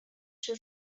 się